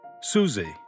Susie